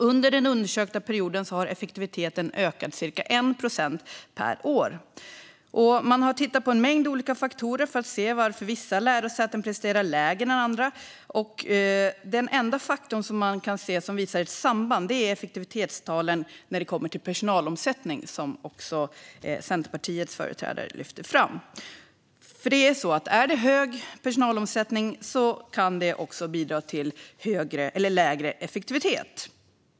Under den undersökta perioden har effektiviteten ökat med ca 1 procent per år. Man har tittat på en mängd olika faktorer för att se varför vissa lärosäten presterar lägre än andra, men den enda faktorn som uppvisar samband med effektivitetstalen är personalomsättning, vilket också Centerpartiets företrädare lyfte fram. Hög personalomsättning kan bidra till lägre effektivitet.